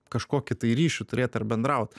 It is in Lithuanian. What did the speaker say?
kažkokį tai ryšį turėt ar bendraut